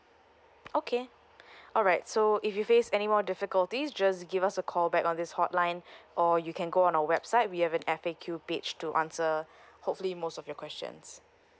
okay alright so if you face any more difficulties just give us a call back on this hotline or you can go on our website we have a F_A_Q page to answer hopefully most of your questions